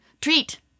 Treat